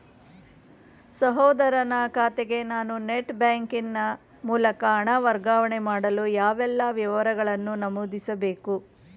ಸಹೋದರನ ಖಾತೆಗೆ ನಾನು ನೆಟ್ ಬ್ಯಾಂಕಿನ ಮೂಲಕ ಹಣ ವರ್ಗಾವಣೆ ಮಾಡಲು ಯಾವೆಲ್ಲ ವಿವರಗಳನ್ನು ನಮೂದಿಸಬೇಕು?